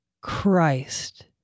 Christ